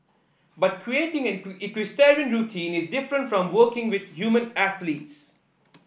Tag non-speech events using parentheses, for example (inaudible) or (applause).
but creating an (unintelligible) equestrian routine is different from working with human athletes